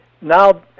Now